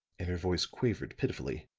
her voice quavered pitifully,